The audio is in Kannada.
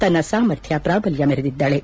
ತನ್ನ ಸಾಮರ್ಥ್ಯ ಪ್ರಾಬಲ್ಯ ಮೆರೆದಿದ್ದಾಳೆ